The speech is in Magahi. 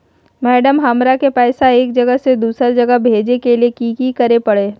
मैडम, हमरा के पैसा एक जगह से दुसर जगह भेजे के लिए की की करे परते?